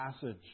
passage